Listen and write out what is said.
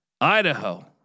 Idaho